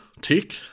tick